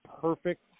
perfect